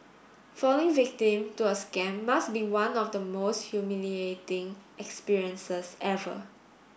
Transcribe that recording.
falling victim to a scam must be one of the most humiliating experiences ever